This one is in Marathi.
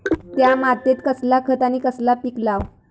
त्या मात्येत कसला खत आणि कसला पीक लाव?